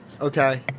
Okay